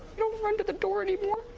don't run to the door anymore